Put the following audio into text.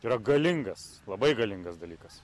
yra galingas labai galingas dalykas